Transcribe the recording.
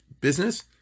business